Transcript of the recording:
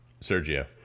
Sergio